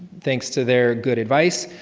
thanks to their good advice,